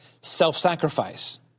self-sacrifice